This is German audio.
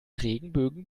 regenbögen